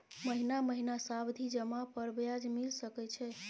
महीना महीना सावधि जमा पर ब्याज मिल सके छै?